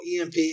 EMP